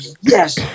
yes